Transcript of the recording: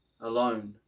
alone